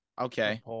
Okay